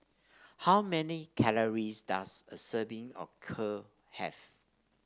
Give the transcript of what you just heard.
how many calories does a serving of Kheer have